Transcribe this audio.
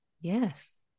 Yes